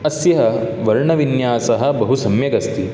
अस्य वर्णविन्यासः बहु सम्यगस्ति